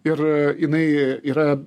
ir jinai yra